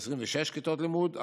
26 כיתות לימוד,